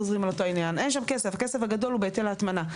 הכסף הגדול הוא בהיטל ההטמנה.